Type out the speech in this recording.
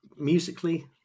musically